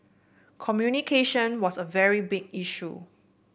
communication was a very big issue